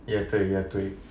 也对也对